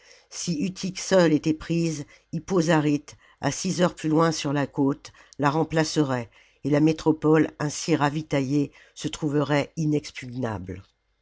si utique seule était prise hippo zaryte à six heures plus loin sur la côte la remplacerait et la métropole ainsi ravitaillée se trouverait